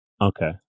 Okay